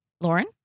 Lauren